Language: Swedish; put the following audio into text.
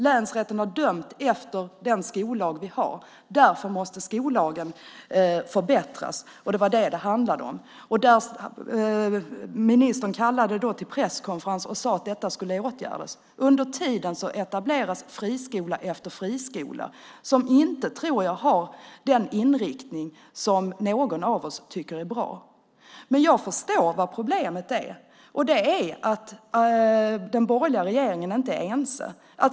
Länsrätten har dömt efter den skollag vi har. Därför måste skollagen förbättras. Det var detta det handlade om. Ministern kallade till presskonferens och sade att detta skulle åtgärdas. Under tiden etableras friskola efter friskola som jag inte tror har den inriktning som någon av oss tycker är bra. Jag förstår vad problemet är. Det är att den borgerliga regeringen inte är ense.